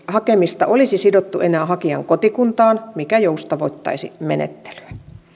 hakemista olisi sidottu enää hakijan kotikuntaan mikä joustavoittaisi menettelyä